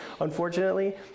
unfortunately